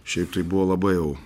šiaip tai buvo labai jau